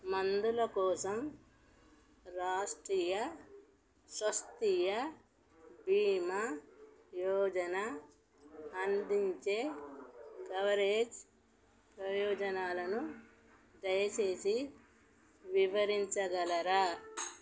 మందుల కోసం రాష్ట్రీయ స్వాస్థ్య బీమా యోజన అందించే కవరేజ్ ప్రయోజనాలను దయచేసి వివరించగలరా